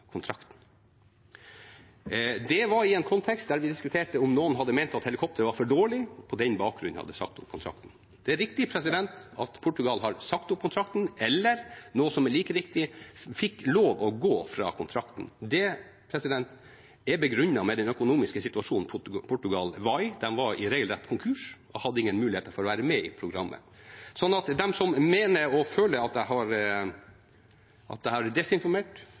Det var i en kontekst der vi diskuterte om noen hadde ment at helikoptret var for dårlig, og på den bakgrunn hadde sagt opp kontrakten. Det er riktig at Portugal har sagt opp kontrakten, eller – noe som er like riktig – fikk lov å gå fra kontrakten. Det er begrunnet med den økonomiske situasjonen Portugal var i, de var i regelrett konkurs og hadde ingen muligheter for å være med i programmet. Så til dem som mener og føler at jeg har desinformert Stortinget: Det er ingen nasjoner som har